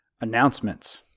Announcements